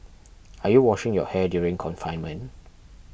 are you washing your hair during confinement